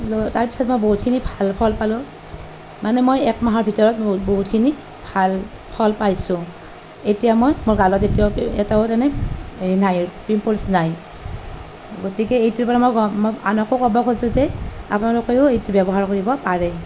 তাৰ পিছত মই বহুতখিনি ভাল ফল পালোঁ মানে মই একমাহৰ ভিতৰত বহুতখিনি ভাল ফল পাইছোঁ এতিয়া মই মোৰ গালত এতিয়া এটাও তেনে এ নাই পিম্পলছ নাই গতিকে এইটো পৰা মই আনকো ক'ব খুজোঁ যে আপোনালোকেও এইটো ব্যৱহাৰ কৰিব পাৰে